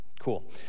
Cool